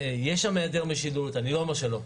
יש שם היעדר משילות, אני לא אומר שלא.